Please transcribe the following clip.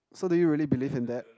so do you really believe in that